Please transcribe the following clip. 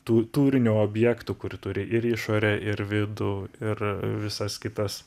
tų tūrinių objektų kuri turi ir išorę ir vidų ir visas kitas